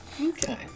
Okay